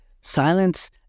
Silence